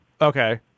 Okay